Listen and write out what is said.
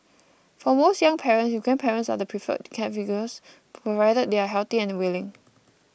for most young parents grandparents are the preferred caregivers provided they are healthy and willing